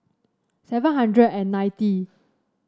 seven hundred and ninety